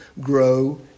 grow